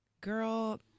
Girl